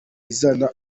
izana